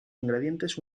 ingredientes